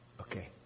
okay